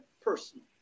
personal